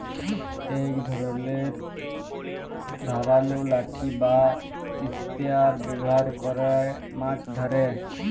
ইক ধরলের ধারালো লাঠি বা ইসপিয়ার ব্যাভার ক্যরে মাছ ধ্যরে